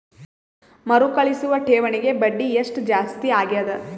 ಮರುಕಳಿಸುವ ಠೇವಣಿಗೆ ಬಡ್ಡಿ ಎಷ್ಟ ಜಾಸ್ತಿ ಆಗೆದ?